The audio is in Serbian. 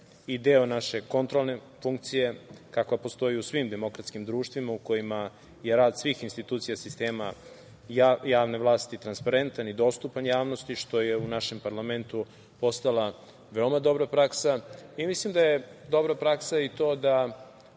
i deo naše kontrolne funkcije kakva postoji u svim demokratskim društvima u kojima je rad svih institucija sistema, javne vlasti transparentan i dostupan javnosti, što je u našem parlamentu postala veoma dobra praksa. Mislim da je veoma dobra praksa i to da